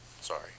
sorry